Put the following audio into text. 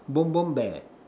bom bom bear